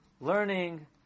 learning